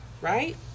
right